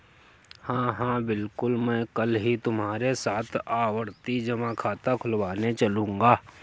हां हां बिल्कुल मैं कल ही तुम्हारे साथ आवर्ती जमा खाता खुलवाने चलूंगा